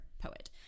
poet